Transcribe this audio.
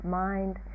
mind